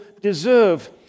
deserve